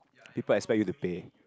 people expect you to pay